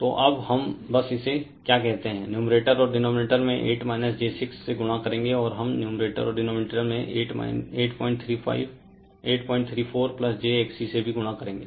तो अब हम बस इसे क्या कहते हैं नुमेरटर और डिनोमिनेटर में 8 j 6 से गुणा करेंगे और हम नुमेरटर और डिनोमिनेटर में 834 jXC से भी गुणा करेंगे